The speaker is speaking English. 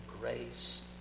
grace